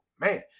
Man